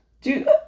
Dude